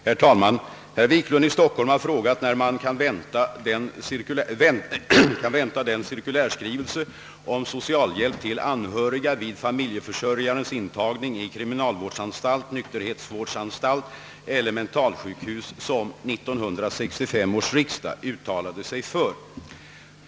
Herr talman! Herr Wiklund i Stockholm har frågat när man kan vänta den cirkulärskrivelse om socialhjälp till anhöriga vid familjeförsörjares intagning i kriminalvårdsanstalt, nykterhetsvårdsanstalt eller mentalsjukhus som 1965 års riksdag uttalade sig för.